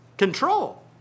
control